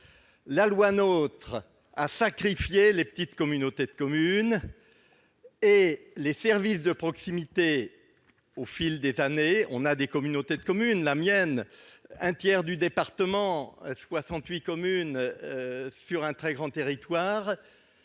La loi NOTRe a sacrifié les petites communautés de communes et les services de proximité au fil des années. Dans des communautés de communes comme la mienne, qui regroupe 68 communes sur un très grand territoire,